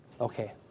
Okay